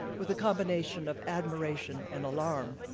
with a combination of admiration and alarm.